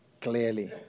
clearly